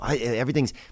everything's